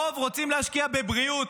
הרוב רוצים להשקיע בבריאות,